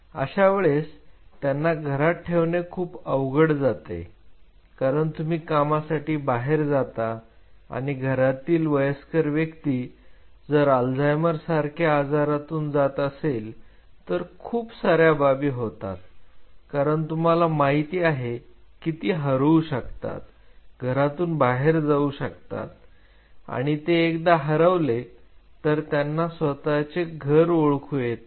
तर अशा वेळेस त्यांना घरात ठेवणे खूप अवघड जाते कारण तुम्ही कामासाठी बाहेर जाता आणि घरातील वयस्कर व्यक्ती जर अल्झायमर सारख्या आजारातून जात असेल तर खूप साऱ्या बाबी होतात कारण तुम्हाला माहित आहे की ती हरवू शकतात घरातून बाहेर जाऊ शकतात आणि ते एकदा हरवले तर त्यांना स्वतःचे घर ओळखू येत नाही